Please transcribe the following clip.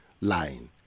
line